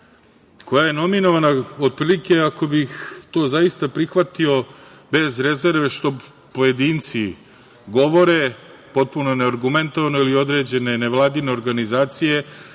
koja je nominovana otprilike ako bih to zaista prihvatio bez rezerve, što pojedinci govore, potpuno neargumentovano ili određene nevladine organizacije,